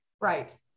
Right